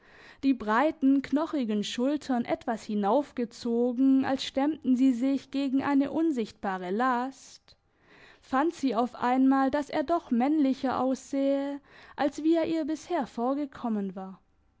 die breiten knochigen schultern etwas hinaufgezogen als stemmten sie sich gegen eine unsichtbare last fand sie auf einmal dass er doch männlicher aussehe als wie er ihr bisher vorgekommen war